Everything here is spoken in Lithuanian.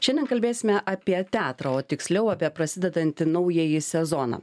šiandien kalbėsime apie teatrą o tiksliau apie prasidedantį naująjį sezoną